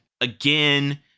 again